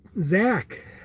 Zach